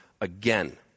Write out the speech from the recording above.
again